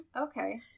Okay